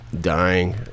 dying